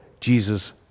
Jesus